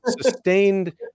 sustained